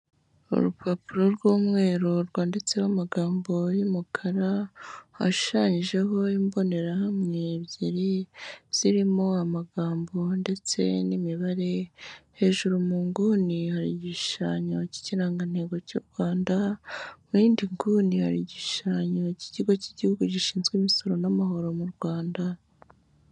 Urupapuro rw'umweru rwanditseho amagambo y'umukara, hashanyijeho imbonerahamwe ebyiri zirimo amagambo ndetse n'imibare, hejuru mu nguni hari igishushanyo k'ikirangantego cy'u Rwanda, mu yindi nguni hari igishushanyo k'ikigo k'igihugu gishinzwe imisoro n'amahoro mu Rwanda.